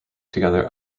together